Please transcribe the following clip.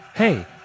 Hey